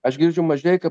aš girdžiu mažeika